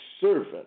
servant